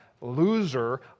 loser